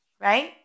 Right